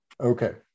Okay